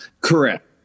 Correct